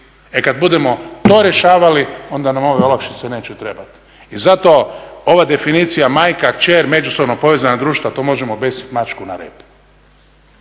E kad budemo to rješavali onda nam ove olakšice neće trebat. I zato ova definicija majka, kćer, međusobno povezana društva to možemo objesit mačku na rep.